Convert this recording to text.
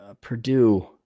Purdue